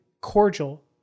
cordial